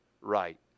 right